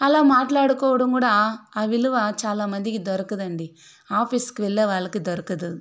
అలా మాట్లాడుకోవడం కూడా ఆ విలువ చాలామందికి దొరకదండి ఆఫీస్కి వెళ్లే వాళ్లకి దొరకదు